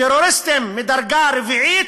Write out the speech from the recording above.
טרוריסטים מדרגה רביעית,